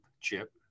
chip